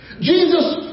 Jesus